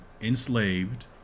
enslaved